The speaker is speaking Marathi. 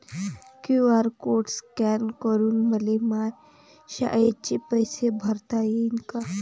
क्यू.आर कोड स्कॅन करून मले माया शाळेचे पैसे भरता येईन का?